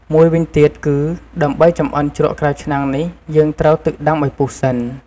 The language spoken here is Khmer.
មួយវិញទៀតគឺ ដើម្បចម្អិនជ្រក់ក្រៅឆ្នាំងនេះ យើងត្រូវទឹកដាំឱ្យពុះសិន។